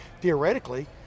theoretically